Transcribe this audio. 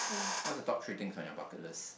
what's the top three things on your bucket list